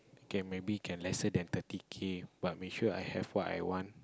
K maybe can lesser than thirty K but make sure I have what I want